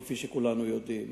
כפי שכולנו יודעים